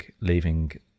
leaving